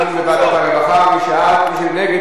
אני תומך במה שאתה אמרת.